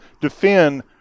defend